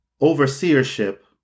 overseership